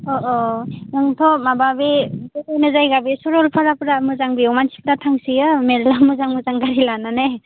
अ अ अ' नोंथ' माबा बे बेरायनो जायगा बे सरलफाराफ्रा मोजां बेयाव मानसिफोरा थांसोयो मेरला मोजां मोजां गारि लानानै